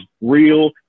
real